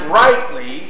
rightly